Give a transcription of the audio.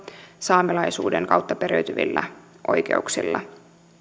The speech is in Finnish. saamelaisuuden kautta periytyvillä oikeuksilla